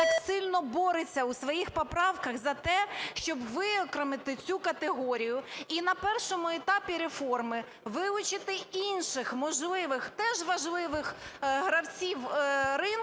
так сильно бореться у своїх поправках за те, що виокремити цю категорію і на першому етапі реформи вилучити інших можливих, теж важливих, гравців ринку